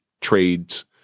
trades